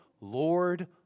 Lord